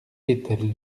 étel